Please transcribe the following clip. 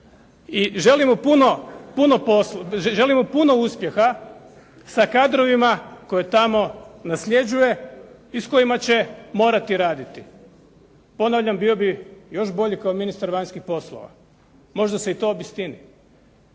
I želim mu puno uspjeha sa kadrovima koje tamo nasljeđuje i s kojima će morati raditi. Ponavljam, bio bi još bolji kao ministar vanjskih poslova. Možda se to i obistini.